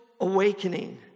awakening